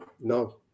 No